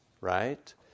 right